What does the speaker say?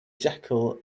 jackal